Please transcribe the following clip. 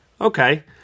Okay